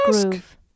groove